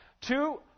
Two